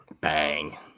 Bang